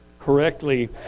correctly